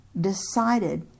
decided